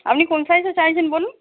আপনি কোন সাইজে চাইছেন বলুন